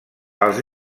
als